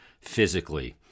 physically